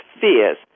fears